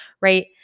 right